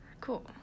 Cool